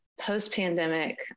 post-pandemic